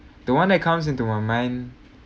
the one that comes into my mind